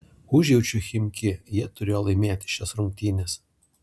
užjaučiu chimki jie turėjo laimėti šias rungtynes